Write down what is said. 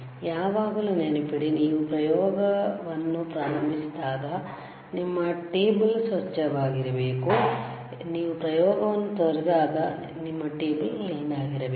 ಯಾವಾಗಲೂ ನೆನಪಿಡಿ ನೀವು ಪ್ರಯೋಗವನ್ನು ಪ್ರಾರಂಭಿಸಿದಾಗ ನಿಮ್ಮ ಟೇಬಲ್ ಸ್ವಚ್ಛವಾಗಿರಬೇಕು ನೀವು ಪ್ರಯೋಗವನ್ನು ತೊರೆದಾಗ ನಿಮ್ಮ ಟೇಬಲ್ ಕ್ಲೀನ್ ಆಗಿರಬೇಕು